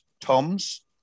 Toms